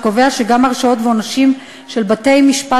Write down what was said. שקובע שגם הרשעות ועונשים של בתי-משפט